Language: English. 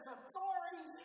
authority